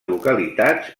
localitats